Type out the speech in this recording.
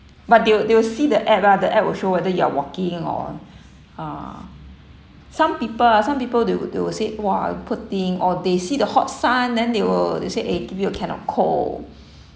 but they will they will see the app ah the app will show whether you're walking or uh some people ah some people they will they will say !wah! poor thing or they see the hot sun then they will they say eh give you a can of coke